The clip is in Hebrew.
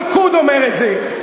לא הליכוד אומר את זה,